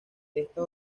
esta